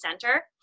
Center